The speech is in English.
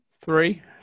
three